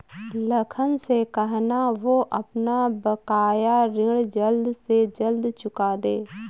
लखन से कहना, वो अपना बकाया ऋण जल्द से जल्द चुका दे